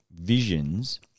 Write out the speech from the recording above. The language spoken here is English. visions